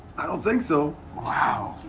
i don't think so. wow.